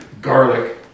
garlic